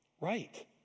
right